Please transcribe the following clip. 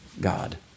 God